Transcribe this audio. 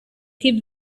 keep